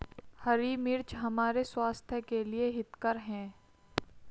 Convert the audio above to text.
हरी मिर्च हमारे स्वास्थ्य के लिए हितकर हैं